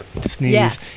sneeze